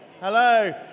Hello